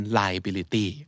liability